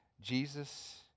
Jesus